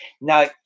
Now